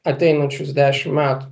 ateinančius dešim metų